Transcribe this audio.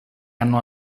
hanno